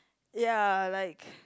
ya like